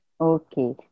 Okay